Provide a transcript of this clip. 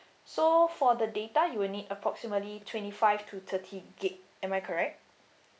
so for the data you will need approximately twenty five to thirty gig am I correct